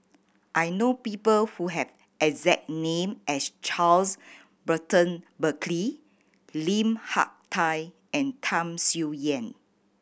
I know people who have exact name as Charles Burton Buckley Lim Hak Tai and Tham Sien Yen